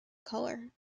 color